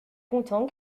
content